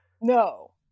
no